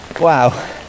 wow